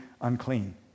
unclean